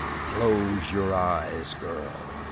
close your eyes, girl!